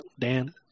Dan